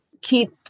keep